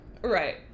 Right